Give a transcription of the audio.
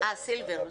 סילבר.